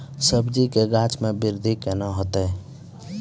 सब्जी के गाछ मे बृद्धि कैना होतै?